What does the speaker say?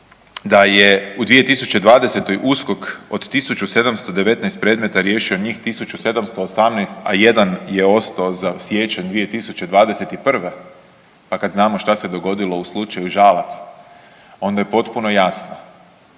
da je u 2020. USKOK od 1719 predmeta riješio njih 1718, a 1 je ostao za siječanj 2021., a kad znamo šta se dogodilo u slučaju Žalac, onda je potpuno jasno